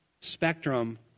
spectrum